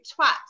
twat